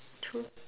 true